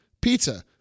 pizza